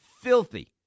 filthy